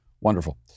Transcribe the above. Wonderful